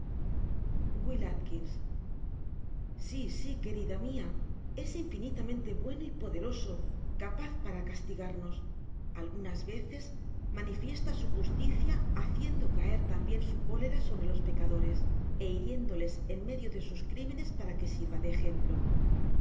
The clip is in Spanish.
w a si si querida mia es infinitamente bueno y poderoso capaz para castigarnos algunas veces mani fiesta su justicia hecieodo caer tambien su cólera sobre ios pecadores é hiriéndoles en medio de sus crimenes para que sirva de ejemplo